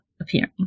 appearing